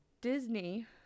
Disney